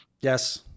Yes